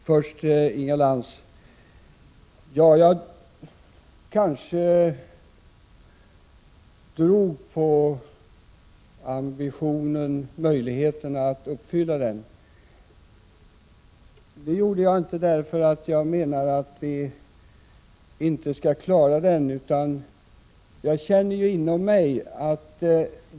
Herr talman! Först till Inga Lantz. Jag kanske drog på det när jag talade om möjligheterna att uppfylla ambitionen, men det var inte för att jag menar att vi inte kommer att klara det som jag gjorde det.